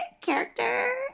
character